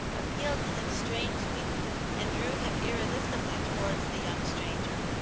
appealed to him strangely and drew him irresistibly towards the young stranger.